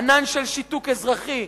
ענן של שיתוק אזרחי,